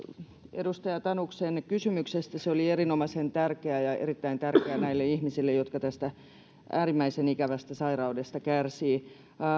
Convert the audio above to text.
edustaja tanuksen kysymyksestä se oli erinomaisen tärkeä ja erittäin tärkeä niille ihmisille jotka tästä äärimmäisen ikävästä sairaudesta kärsivät